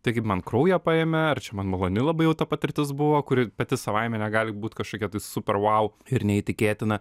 tai kaip man kraują paėmė ar čia man maloni labai jau ta patirtis buvo kuri pati savaime negali būt kažkokia tai super vau ir neįtikėtina